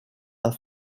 are